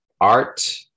Art